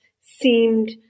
seemed